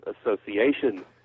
association